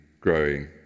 growing